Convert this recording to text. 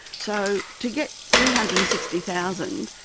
so to get three hundred and sixty thousand